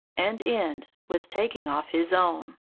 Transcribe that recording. and end with taking off his own!